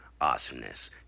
awesomeness